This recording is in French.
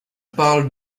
parle